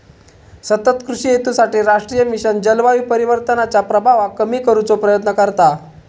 सतत कृषि हेतूसाठी राष्ट्रीय मिशन जलवायू परिवर्तनाच्या प्रभावाक कमी करुचो प्रयत्न करता